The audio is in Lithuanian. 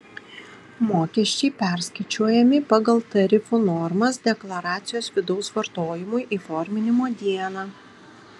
mokesčiai perskaičiuojami pagal tarifų normas deklaracijos vidaus vartojimui įforminimo dieną